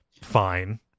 fine